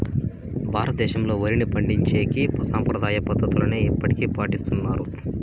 భారతదేశంలో, వరిని పండించేకి సాంప్రదాయ పద్ధతులనే ఇప్పటికీ పాటిస్తన్నారు